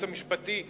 לייעוץ המשפטי,